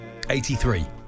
83